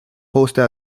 poste